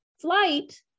Flight